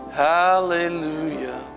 Hallelujah